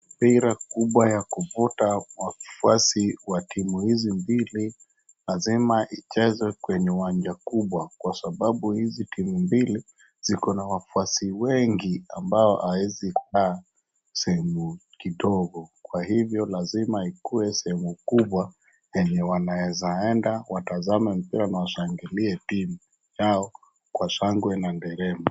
Mpira kubwa ya kuvuta wafuasi wa timu hizi mbili lazima ichezwe kwenye uwanja kubwa kwa sababu hizi timu mbili ziko na wafuasi wengi ambao hawaezi kukaa sehemu kidogo, kwa hivyo lazima ikuwe sehemu kubwa yenye wanaeza enda watazame mpira na washangilia timu yao kwa shangwe na nderemo.